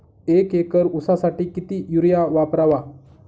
एक एकर ऊसासाठी किती युरिया वापरावा?